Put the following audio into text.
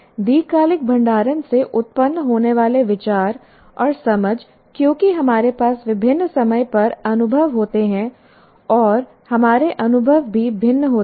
दीर्घकालिक भंडारण से उत्पन्न होने वाले विचार और समझ क्योंकि हमारे पास विभिन्न समय पर अनुभव होते हैं और हमारे अनुभव भी भिन्न होते हैं